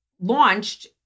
launched